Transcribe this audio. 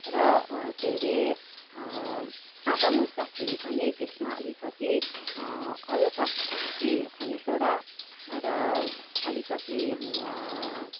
र के हेरे आँटा मुस्दाखेरि पनि त्यसमा अलिकति हल्का कम्ती खाने सोडा र अलिकति